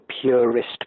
purist